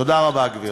תודה רבה, גברתי.